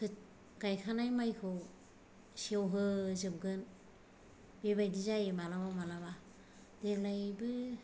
गायखानाय माइखौ सेवहोजोबगोन बेबायदि जायो माब्लाबा माब्लाबा देग्लायबो